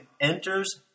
enters